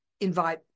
invite